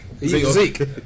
Zeke